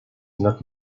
not